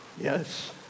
Yes